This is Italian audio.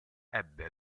ebbe